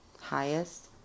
highest